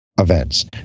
events